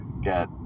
get